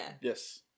yes